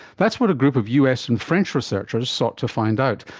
that's what a group of us and french researchers sought to find out.